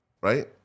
Right